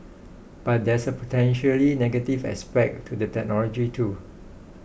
but there's a potentially negative aspect to the technology too